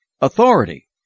Authority